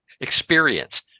experience